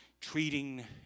treating